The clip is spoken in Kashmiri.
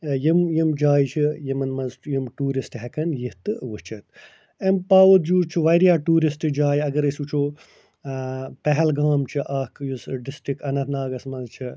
یِم یِم جایہِ چھِ یِمن منٛز یِم ٹیٛوٗرسٹہٕ ہٮ۪کن یِتھ تہٕ وُچھِتھ اَمہِ باوجوٗد چھُ وارِیاہ ٹیٛورسٹہِ جایہِ اگر أسۍ وُچھو پہلگام چھِ اکھ یُس ڈسٹرٛک اننت ناگس منٛز چھِ